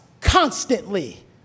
constantly